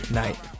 night